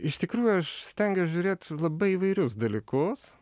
iš tikrųjų aš stengiuos žiūrėt labai įvairius dalykus